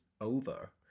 over